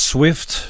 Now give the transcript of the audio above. Swift